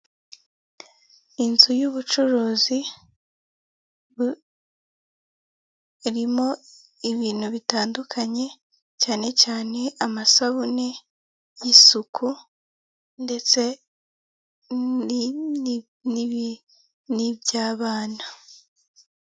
Inzu y'ubucuruzi irimo ibintu bitandukanye cyane cyane amasabune y'isuku ndetse niby'abana.